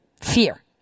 Fear